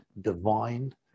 divine